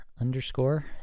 underscore